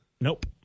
Nope